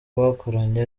bakoranye